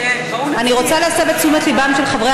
אני רוצה להסב את תשומת ליבם של חברי